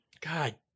God